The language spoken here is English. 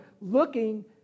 looking